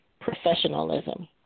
professionalism